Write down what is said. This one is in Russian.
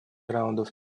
раундов